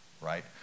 right